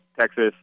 Texas